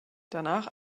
danach